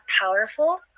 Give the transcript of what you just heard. powerful